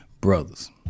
Brothers